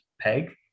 peg